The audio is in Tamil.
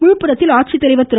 விழுப்புரத்தில் ஆட்சித்தலைவா் திரு